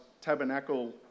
tabernacle